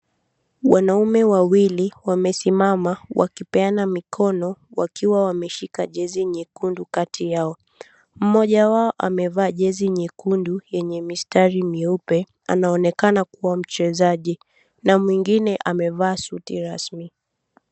Wanaume wawili wamesimama wakipeana mikono wakiwa wameshika jezi nyekundu kati yao . Mmoja wao amevaa jezi nyekundu yenye mistari mieupe anaonekana kuwa mchezaji na mwingine amevaa suti rasmi.